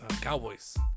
Cowboys